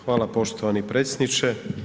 Hvala poštovani predsjedniče.